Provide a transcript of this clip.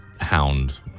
hound